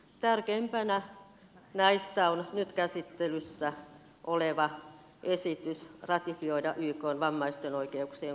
tärkeimpänä näistä on nyt käsittelyssä oleva esitys ratifioida ykn vammaisten oikeuksia koskeva yleissopimus